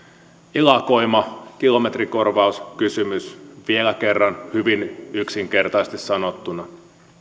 ilakoima kilometrikorvauskysymys vielä kerran hyvin yksinkertaisesti sanottuna